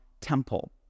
temple